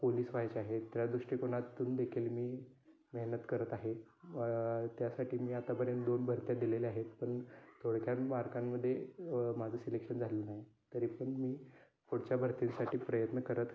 police व्हायचे आहे त्या दृष्टिकोनातून देखील मी मेहनत करत आहे त्यासाठी मी आत्तापर्यंत दोन भरत्या दिलेल्या आहेत पण थोडक्या मार्कांमध्ये माझं सिलेक्शन झालं नाही तरी पण मी पुढच्या भरतीसाठी प्रयत्न करत आहे